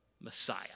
Messiah